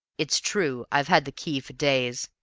it's true i've had the key for days,